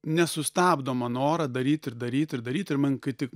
nesustabdomą norą daryti ir daryti ir daryti ir man kai tik